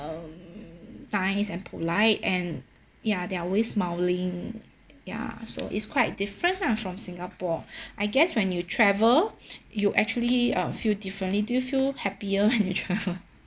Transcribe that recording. um nice and polite and ya they're always smiling ya so it's quite different lah from singapore I guess when you travel you actually uh feel differently do feel happier when you travel